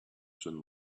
sun